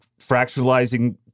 fractionalizing